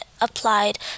applied